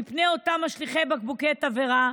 מפני אותם משליכי בקבוקי תבערה,